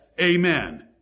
Amen